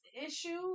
issue